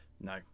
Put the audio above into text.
No